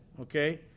Okay